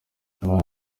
akunda